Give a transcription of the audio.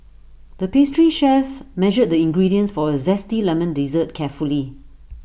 the pastry chef measured the ingredients for A Zesty Lemon Dessert carefully